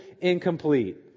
incomplete